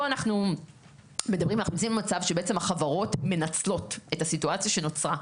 אנחנו נמצאים במצב שבעצם החברות מנצלות את הסיטואציה שנוצרה,